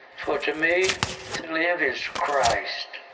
for to me to live is christ.